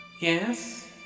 yes